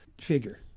figure